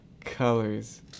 colors